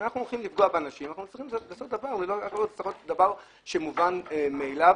אם אנחנו הולכים לפגוע באנשים זה צריך להיות דבר שמובן מאליו.